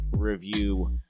review